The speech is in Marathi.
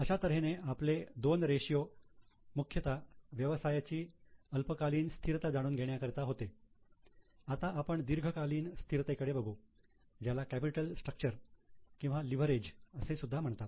अशा तऱ्हेने पहिले दोन रेशियो मुख्यतः व्यवसायाची अल्पकालीन स्थिरता जाणून घेण्याकरता होते आता आपण दीर्घकालीन स्थिरतेकडे बघू ज्याला कॅपिटल स्ट्रक्चर किंवा लिव्हरेज असे सुद्धा म्हणतात